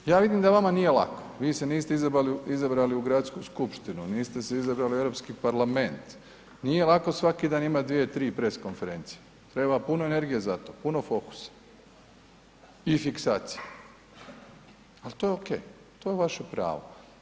Ja vidim da vama nije lako, vi se niste izabrali u Gradsku skupštinu, niste se izabrali u Europski parlament, nije lako svaki dan imati dvije tri press konferencije, treba puno energije za to, puno fokusa i fiksacija, al to je okej, to je vaše pravo.